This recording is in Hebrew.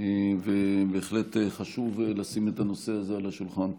בהחלט חשוב לשים את הנושא הזה על השולחן.